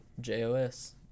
JOS